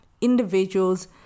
individuals